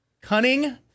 cunning